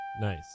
Nice